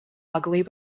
ugly